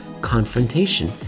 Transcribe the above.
confrontation